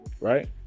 right